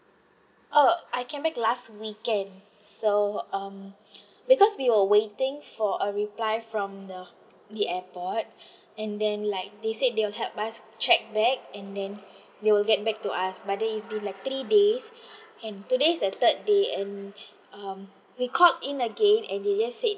oh I came back last weekend so um because we were waiting for a reply from the the airport and then like they said they will help us check back and then they will get back to us but then it's been like three days and today's the third day and um we called in again and they just said